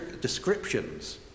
descriptions